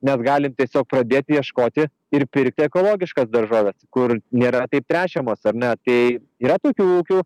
mes galim tiesiog pradėti ieškoti ir pirkti ekologiškas daržoves kur nėra taip tręšiamos ar ne tai yra tokių ūkių